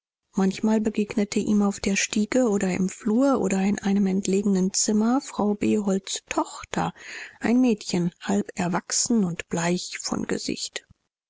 manchmal begegnete ihm auf der stiege oder im flur oder in einem entlegenen zimmer frau beholds tochter ein mädchen halb erwachsen und bleich von gesicht